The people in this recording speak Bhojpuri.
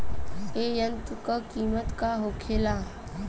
ए यंत्र का कीमत का होखेला?